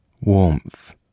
warmth